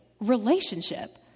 relationship